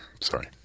Sorry